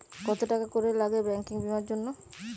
কত টাকা করে লাগে ব্যাঙ্কিং বিমার জন্য?